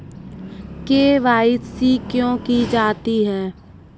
KYC क्यों की जाती है?